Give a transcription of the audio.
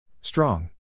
Strong